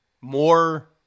more